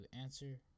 answer